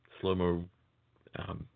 Slow-mo